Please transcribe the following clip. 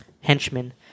henchmen